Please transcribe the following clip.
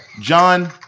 John